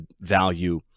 value